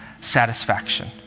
satisfaction